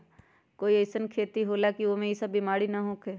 कोई अईसन खेती होला की वो में ई सब बीमारी न होखे?